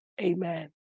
amen